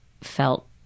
felt